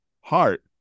heart